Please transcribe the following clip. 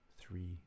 three